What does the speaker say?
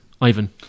Ivan